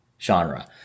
genre